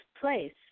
place